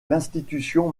l’institution